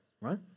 right